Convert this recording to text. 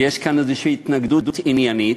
ויש כאן איזושהי התנגדות עניינית,